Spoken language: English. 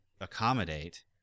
accommodate